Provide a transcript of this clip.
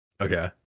okay